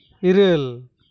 ᱤᱨᱟᱹᱞ